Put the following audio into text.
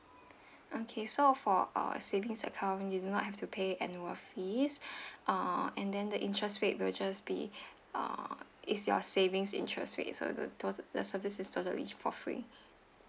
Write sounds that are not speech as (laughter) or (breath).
okay so for our savings account you do not have to pay annual fees (breath) uh and then the interest rate will just be uh it's your savings interest rate so the to~ the service is totally for free